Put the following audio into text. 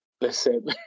Listen